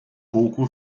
pouco